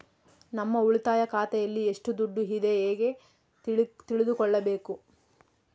ನಮ್ಮ ಉಳಿತಾಯ ಖಾತೆಯಲ್ಲಿ ಎಷ್ಟು ದುಡ್ಡು ಇದೆ ಹೇಗೆ ತಿಳಿದುಕೊಳ್ಳಬೇಕು?